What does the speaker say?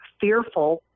fearful